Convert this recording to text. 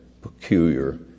peculiar